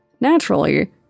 naturally